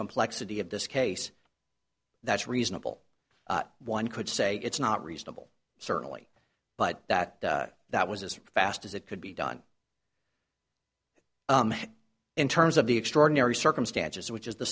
complexity of this case that's reasonable one could say it's not reasonable certainly but that that was as fast as it could be done in terms of the extraordinary circumstances which is the